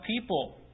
people